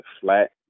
flat